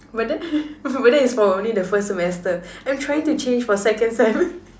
but then but then it's for only the first semester I'm trying to change for second sem